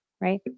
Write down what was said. Right